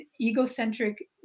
egocentric